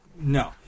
No